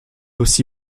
aussi